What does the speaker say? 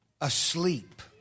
asleep